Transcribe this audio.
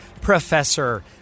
Professor